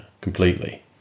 completely